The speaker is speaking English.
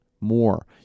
more